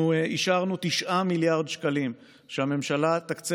אנחנו אישרנו ש-9 מיליארד שקלים הממשלה תקצה